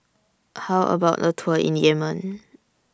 How about A Tour in Yemen